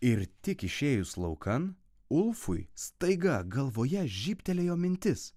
ir tik išėjus laukan ulfui staiga galvoje žybtelėjo mintis